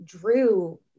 drew